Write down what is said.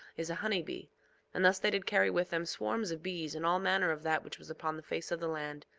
is a honey bee and thus they did carry with them swarms of bees, and all manner of that which was upon the face of the land,